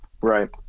Right